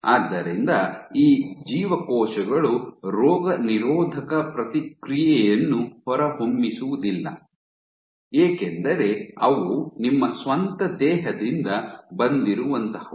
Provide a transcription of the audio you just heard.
ಆದ್ದರಿಂದ ಈ ಜೀವಕೋಶಗಳು ರೋಗನಿರೋಧಕ ಪ್ರತಿಕ್ರಿಯೆಯನ್ನು ಹೊರಹೊಮ್ಮಿಸುವುದಿಲ್ಲ ಏಕೆಂದರೆ ಅವು ನಿಮ್ಮ ಸ್ವಂತ ದೇಹದಿಂದ ಬಂದಿರುವಂಥಹವು